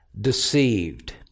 deceived